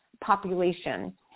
population